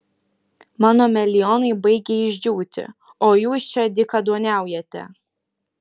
mano melionai baigia išdžiūti o jūs čia dykaduoniaujate